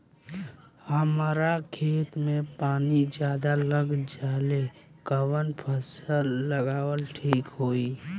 हमरा खेत में पानी ज्यादा लग जाले कवन फसल लगावल ठीक होई?